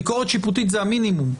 ביקורת שיפוטית זה המינימום.